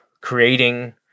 creating